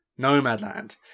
Nomadland